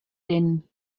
din